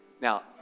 now